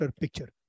picture